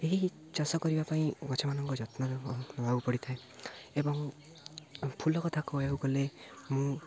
ଏହି ଚାଷ କରିବା ପାଇଁ ଗଛମାନଙ୍କ ଯତ୍ନ ନେବାକୁ ପଡ଼ିଥାଏ ଏବଂ ଫୁଲ କଥା କହିବାକୁ ଗଲେ ମୁଁ